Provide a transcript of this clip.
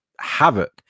havoc